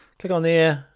click on there,